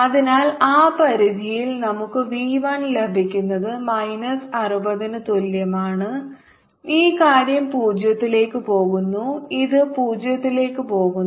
അതിനാൽ ആ പരിധിയിൽ നമുക്ക് V 1 ലഭിക്കുന്നത് മൈനസ് 60 ന് തുല്യമാണ് ഈ കാര്യം 0 ലേക്ക് പോകുന്നു ഇത് 0 ലേക്ക് പോകുന്നു